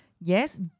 yes